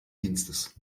dienstes